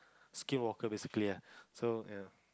skin walker basically ah so ya